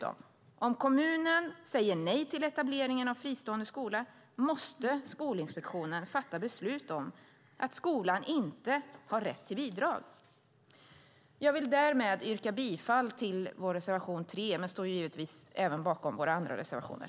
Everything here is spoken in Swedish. Om kommunen säger nej till etableringen av en fristående skola måste Skolinspektionen fatta beslut om att skolan inte har rätt till bidrag. Jag yrkar därmed bifall till vår reservation 3, men jag står givetvis bakom även våra andra reservationer.